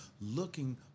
looking